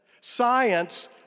science